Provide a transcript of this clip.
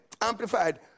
amplified